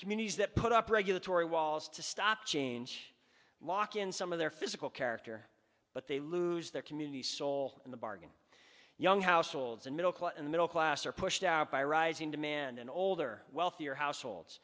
that put up regulatory walls to stop change lock in some of their physical character but they lose their community soul in the bargain young households and middle class and middle class are pushed out by rising demand in older wealthier households